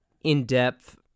in-depth